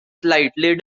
slightly